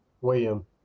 William